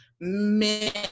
men